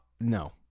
no